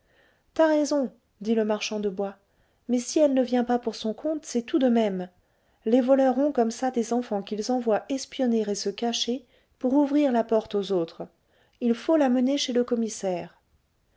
t'as raison dit le marchand de bois mais si elle ne vient pas pour son compte c'est tout de même les voleurs ont comme ça des enfants qu'ils envoient espionner et se cacher pour ouvrir la porte aux autres il faut la mener chez le commissaire